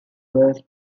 was